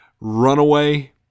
Runaway